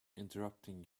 interrupting